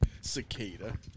Cicada